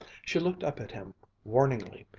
she looked up at him warningly,